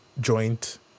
joint